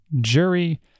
jury